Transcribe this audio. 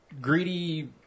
greedy